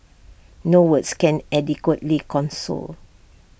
no words can adequately console